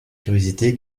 curiosité